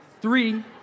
three